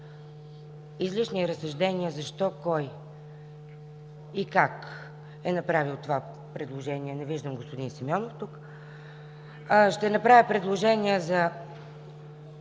излишни разсъждения защо, кой и как е направил това предложение – тук не виждам господин Симеонов – ще направя предложение за